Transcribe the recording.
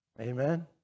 Amen